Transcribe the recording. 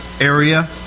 area